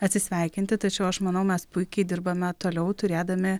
atsisveikinti tačiau aš manau mes puikiai dirbame toliau turėdami